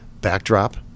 backdrop